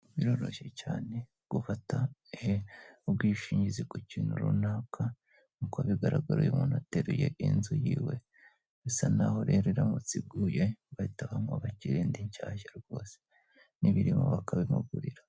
Biroroshye cyane gufata he ubwishingizi ku kintu runaka uko bigaragara uyu umuntu ateruye inzu yiwe bisa naho rero iramutse iguye bahita bamwubakiri indi nshyashya rwose n'ibiririmo bakabimugurira.